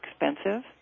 expensive